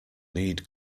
need